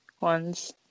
ones